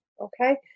okay